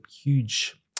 huge